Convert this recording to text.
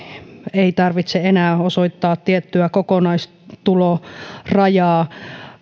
ei tarvitse enää osoittaa tiettyä kokonaistulorajaa